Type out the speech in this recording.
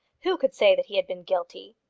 who could say that he had been guilty?